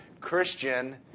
Christian